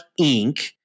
Inc